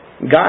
God